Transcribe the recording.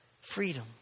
Freedom